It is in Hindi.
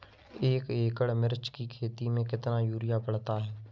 एक एकड़ मिर्च की खेती में कितना यूरिया पड़ता है?